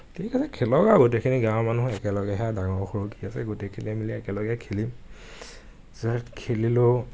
ঠিক আছে খেলক আৰু গোটেইখিনি গাঁৱৰ মানুহ একেলগেহে ডাঙৰ সৰু কি আছে গোটেইখিনিয়ে মিলি একেলগে খেলিম পিছত খেলিলোঁ